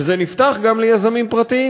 וזה נפתח גם ליזמים פרטיים,